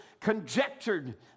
conjectured